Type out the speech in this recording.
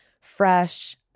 fresh